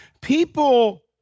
People